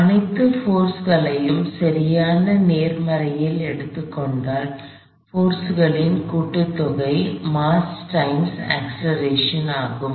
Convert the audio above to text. எனவே அனைத்து போர்ஸ்களையும் சரியான நேர்மறை ல் எடுத்துக்கொண்டால் போர்ஸ்களின் கூட்டுத்தொகை மாஸ் டைம்ஸ் அக்ஸ்லெரேஷன் ஆகும்